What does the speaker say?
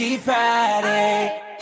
Friday